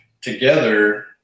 together